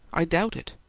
i doubt it!